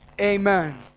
Amen